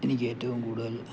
എനിക്ക് ഏറ്റവും കൂടുതൽ